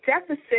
deficit